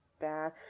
bad